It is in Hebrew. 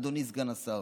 אדוני סגן השר,